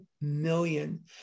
million